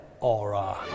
aura